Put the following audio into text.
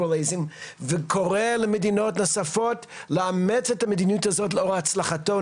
וקורא למדינות נוספות לאמץ את המדיניות הזאת לאור הצלחתו.